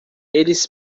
eles